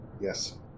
Yes